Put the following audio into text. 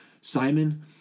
Simon